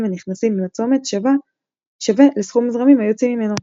הנכנסים לצומת שווה לסכום הזרמים היוצאים ממנו.